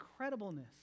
incredibleness